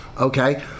Okay